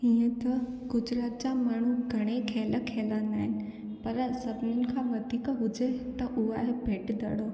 हीअं त गुजरात जा माण्हूं घणाई खेल खेलंदा आहिनि पर सभिनी खां वधीक हुजे त उहा ए भेट बाल